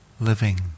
living